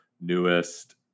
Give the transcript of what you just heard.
newest